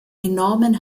enormen